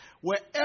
Wherever